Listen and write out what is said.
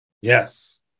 Yes